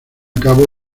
cabo